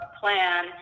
plan